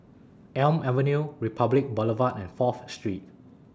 Elm Avenue Republic Boulevard and Fourth Street